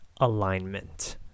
alignment